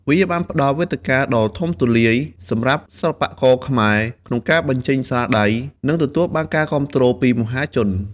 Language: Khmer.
វាបានផ្តល់វេទិកាដ៏ធំទូលាយសម្រាប់ សិល្បករខ្មែរ ក្នុងការបញ្ចេញស្នាដៃ និងទទួលបានការគាំទ្រពីមហាជន។